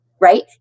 right